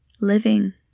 living